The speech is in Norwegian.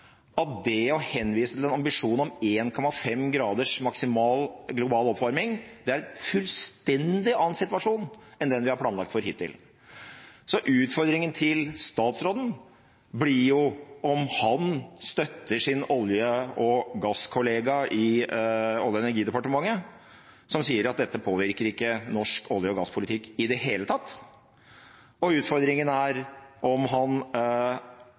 at det å henvise til en ambisjon om 1,5 grader maksimal global oppvarming er en fullstendig annen situasjon enn den vi har planlagt for hittil. Så utfordringen til statsråden blir jo om han støtter sin olje- og gasskollega i Olje- og energidepartementet, som sier at dette påvirker ikke norsk olje- og gasspolitikk i det hele tatt. Og utfordringen er om han